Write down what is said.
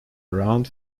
around